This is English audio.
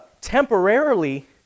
temporarily